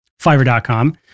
fiverr.com